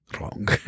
wrong